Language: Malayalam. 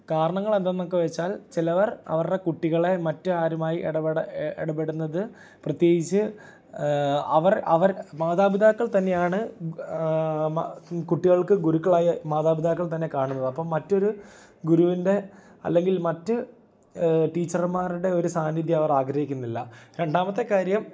കാരണങ്ങൾ എന്തോന്നോക്കെ വെച്ചാൽ ചിലവർ അവര്രുടെ കുട്ടികളെ മറ്റ് ആരുമായി ഇടപെടാൻ ഇടപെടുന്നത് പ്രത്യേകിച്ച് അവർ അവർ മാതാപിതാക്കൾ തന്നെയാണ് കുട്ടികൾക്ക് ഗുരുക്കളായി മാതാപിതാക്കൾ തന്നെ കാണുന്നത് അപ്പം മറ്റൊരു ഗുരുവിൻ്റെ അല്ലെങ്കിൽ മറ്റ് ടീച്ചർമ്മാരുടെ ഒരു സാന്നിധ്യം അവർ ആഗ്രഹിക്കുന്നില്ല രണ്ടാമത്തെ കാര്യം